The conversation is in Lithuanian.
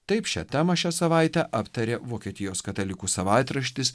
taip šią temą šią savaitę aptarė vokietijos katalikų savaitraštis